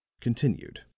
continued